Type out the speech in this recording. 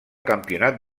campionat